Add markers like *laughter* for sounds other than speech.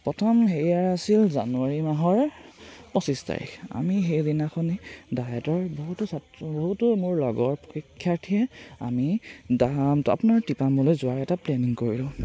প্ৰথম হেৰিয়াৰ আছিল জানুৱাৰী মাহৰ পঁচিছ তাৰিখ আমি সেইদিনাখনি ডায়েটৰ বহুতো ছাত্ৰ বহুতো মোৰ লগৰ শিক্ষাৰ্থীয়ে আমি *unintelligible* আপোনাৰ টিপামলৈ যোৱাৰ এটা প্লেনিং কৰিলোঁ